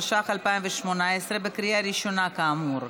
התשע"ח 2018, בקריאה ראשונה כאמור.